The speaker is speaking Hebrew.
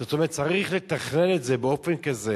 זאת אומרת, צריך לתכנן את זה באופן כזה